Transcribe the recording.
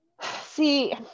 see